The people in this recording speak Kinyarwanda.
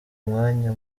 umwanya